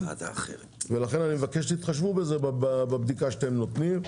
לכן אני מבקש שתתחשבו בזה בבדיקה שאתם נותנים.